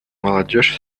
молодежь